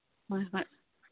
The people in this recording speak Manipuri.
ꯍꯣꯏ ꯍꯣꯏ